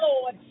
Lord